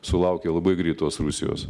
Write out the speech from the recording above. sulaukė labai greitos rusijos